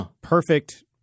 perfect